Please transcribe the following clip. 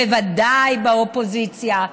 בוודאי באופוזיציה,